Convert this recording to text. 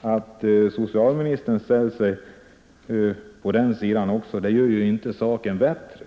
att också socialministern gjort det gör ju inte saken bättre.